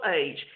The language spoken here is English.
age